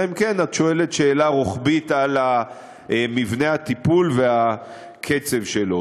אלא אם כן את שואלת שאלה רוחבית על מבנה הטיפול ועל הקצב שלו.